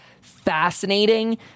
fascinating